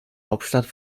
hauptstadt